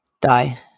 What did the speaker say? Die